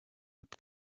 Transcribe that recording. with